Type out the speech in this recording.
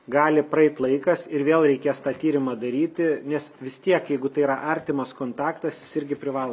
gali praeit laikas ir vėl reikės tą tyrimą daryti nes vis tiek jeigu tai yra artimas kontaktas jis irgi privalo